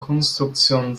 konstruktion